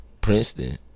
Princeton